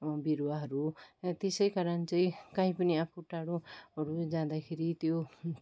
बिरुवाहरू र त्यसै कारण चाहिँ काहीँ पनि आफू टाढोहरू जाँदाखेरि त्यो